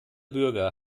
bürger